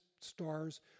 stars